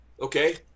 Okay